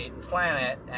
planet